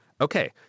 Okay